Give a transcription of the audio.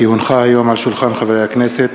כי הונחה היום על שולחן הכנסת,